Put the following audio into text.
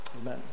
amen